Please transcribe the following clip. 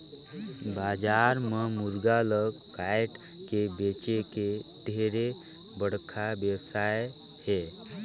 बजार म मुरगा ल कायट के बेंचे के ढेरे बड़खा बेवसाय हे